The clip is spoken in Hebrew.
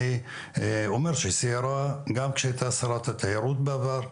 אני אומר שהיא סיירה גם כשהייתה שרת התיירות בעבר,